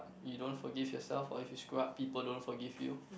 you don't forgive yourself or if you screw up people don't forgive you